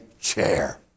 chair